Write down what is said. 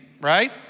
right